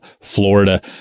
Florida